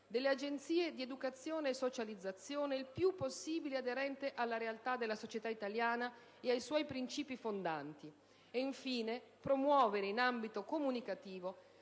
delle agenzie di educazione e socializzazione il più possibile aderente alla realtà della società italiana e ai suoi principi fondanti. Infine, chiediamo di promuovere in ambito comunicativo